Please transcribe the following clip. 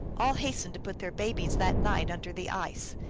all hastened to put their babes that night under the ice,